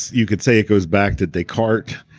you could say it goes back to descartes,